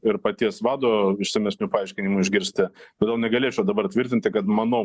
ir paties vado išsamesnių paaiškinimų išgirsti todėl negalėčiau dabar tvirtinti kad manau